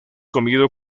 comido